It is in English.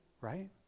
right